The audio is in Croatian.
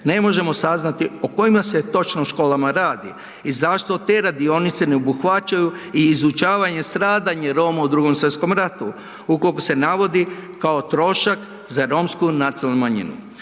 ne možemo saznati o kojima se točno školama radi i zašto te radionice ne obuhvaćaju i izučavanje stradanje Roma u Drugom svjetskom ratu ukolko se navodi kao trošak za romsku nacionalnu manjinu.